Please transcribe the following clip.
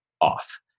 off